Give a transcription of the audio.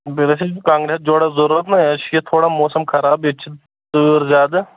بیٚیہِ گژھِ اَسہِ کانٛگر ہَتھ جوڑا ضروٗرت نا اَسہِ چھِ ییٚتہِ تھوڑا موسَم خراب ییٚتہِ چھِ تۭر زیادٕ